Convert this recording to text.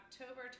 October